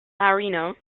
marino